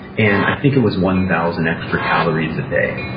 and i think it was one thousand extra calories a day.